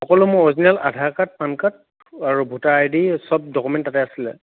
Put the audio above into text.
সকলো মোৰ original Aadhaar card PAN card আৰু ভোটাৰ আই দি চব ড'কমেণ্ট তাতে আছিলে